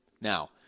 Now